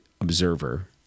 observer